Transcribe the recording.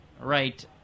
right